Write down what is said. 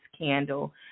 candle